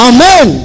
Amen